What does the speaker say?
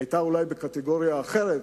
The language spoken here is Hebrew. היא היתה אולי בקטגוריה אחרת,